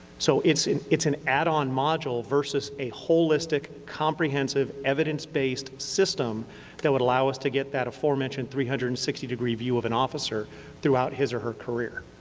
so it's an it's an add-on module, versus a holistic, comprehensive, evidence-based system that would allow us to get that aforementioned three hundred and sixty degree view of an officer throughout his or her career.